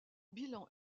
bilan